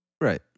Right